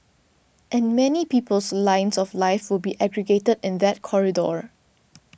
and many people's lines of life will be aggregated in that corridor